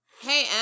Hey